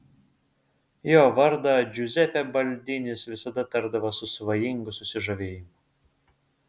jo vardą džiuzepė baldinis visada tardavo su svajingu susižavėjimu